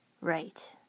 Right